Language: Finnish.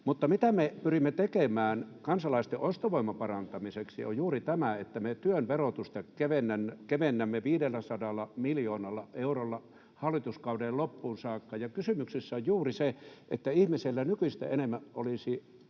Mutta se, mitä me pyrimme tekemään kansalaisten ostovoiman parantamiseksi, on juuri tämä, että me työn verotusta kevennämme 500 miljoonalla eurolla hallituskauden loppuun saakka. Kysymyksessä on juuri se, että ihmisillä olisi nykyistä enemmän rahaa